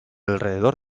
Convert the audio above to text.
alrededor